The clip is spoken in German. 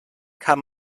kann